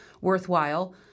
worthwhile